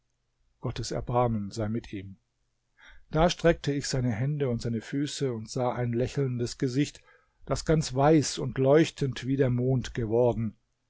da streckte ich seine hände und seine füße und sah ein lächelndes gesicht das ganz weiß und leuchtend wie der mond geworden